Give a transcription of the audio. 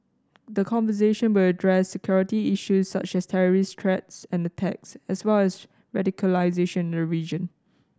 the conversation will address security issues such as terrorist threats and attacks as well as radicalisation the region